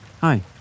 Hi